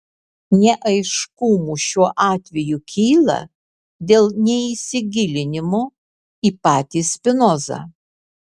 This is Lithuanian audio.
neaiškumų šiuo atveju kyla dėl neįsigilinimo į patį spinozą